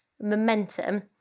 momentum